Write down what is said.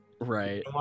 right